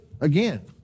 again